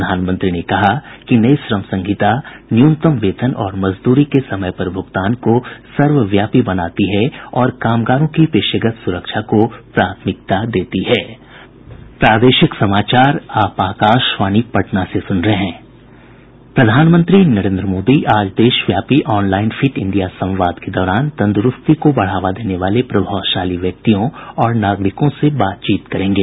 प्रधानमंत्री ने कहा कि नई श्रम संहिता न्यूनतम वेतन और मजदूरी के समय पर भूगतान को सर्वव्यापी बनाती है और कामगारों की पेशेगत सुरक्षा को प्राथमिकता देती है प्रधानमंत्री नरेंद्र मोदी आज देशव्यापी ऑनलाइन फिट इंडिया संवाद के दौरान तंदुरुस्ती को बढ़ावा देने वाले प्रभावशाली व्यक्तियों और नागरिकों से बातचीत करेंगे